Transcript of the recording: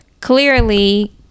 clearly